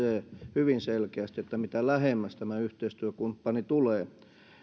hyvin selkeästi se että mitä lähemmäs tämä yhteistyökumppani tulee